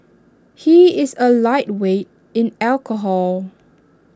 he is A lightweight in alcohol